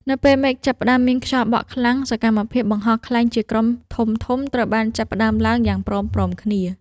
នៅពេលមេឃចាប់ផ្ដើមមានខ្យល់បក់ខ្លាំង សកម្មភាពបង្ហោះខ្លែងជាក្រុមធំៗត្រូវបានចាប់ផ្ដើមឡើងយ៉ាងព្រមៗគ្នា។